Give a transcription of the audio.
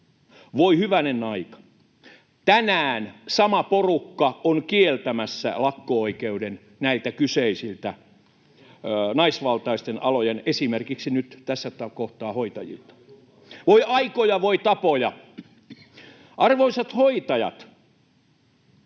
Voi hyvänen aika! Tänään sama porukka on kieltämässä lakko-oikeuden näiltä kyseisiltä naisvaltaisilta aloilta, esimerkiksi nyt tässä kohtaa hoitajilta. Voi aikoja, voi tapoja! Arvoisat hoitajat!